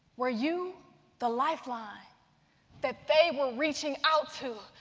were you the lifeline that they were reaching out to,